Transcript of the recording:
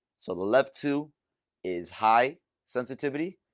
so the left two is high sensitivity.